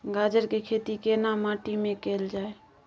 गाजर के खेती केना माटी में कैल जाए?